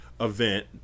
event